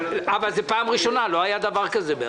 פעם ראשונה, לא היה דבר כזה בעבר.